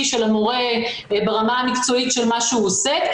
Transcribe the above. של המורה ברמה המקצועית של מה שהוא עוסק,